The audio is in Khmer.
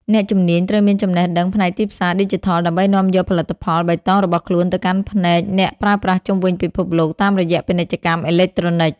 អ្នកជំនាញត្រូវមានចំណេះដឹងផ្នែកទីផ្សារឌីជីថល ដើម្បីនាំយកផលិតផលបៃតងរបស់ខ្លួនទៅកាន់ភ្នែកអ្នកប្រើប្រាស់ជុំវិញពិភពលោកតាមរយៈពាណិជ្ជកម្មអេឡិចត្រូនិក។